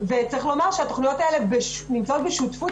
צריך לומר שהתוכניות האלה נמצאות בשותפות